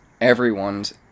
everyone's